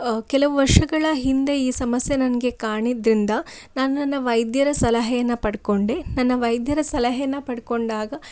ಕೆಲವು ವರ್ಷಗಳ ಹಿಂದೆ ಈ ಸಮಸ್ಯೆ ನನಗೆ ಕಾಣಿದ್ರಿಂದ ನಾನು ನನ್ನ ವೈದ್ಯರ ಸಲಹೆಯನ್ನು ಪಡ್ಕೊಂಡೆ ನನ್ನ ವೈದ್ಯರ ಸಲಹೆಯನ್ನು ಪಡ್ಕೊಂಡಾಗ